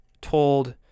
told